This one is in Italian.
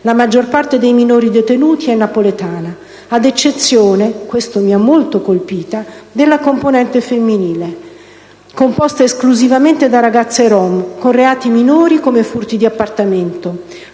La maggior parte dei minori detenuti è napoletana, ad eccezione - questo mi ha molto colpita - della componente femminile, composta esclusivamente da ragazze rom, con reati minori come furti di appartamento.